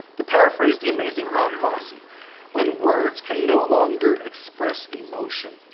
to paraphrase the amazing bob fosse ah when words can no longer express emotion,